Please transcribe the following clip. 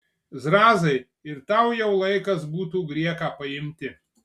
zrazai ir tau jau laikas būtų grieką paimti